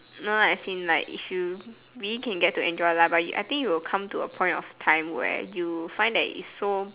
no lah as in like if you really can get to enjoy life but it I think it will come to a point of time where you find that it's so